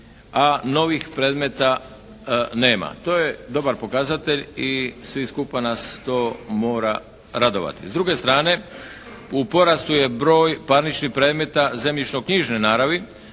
a novih predmeta nema. To je dobar pokazatelj i svi skupa nas to mora radovati. S druge strane, u porastu je broj parničnih predmeta zemljišno-knjižne naravi